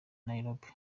nairobi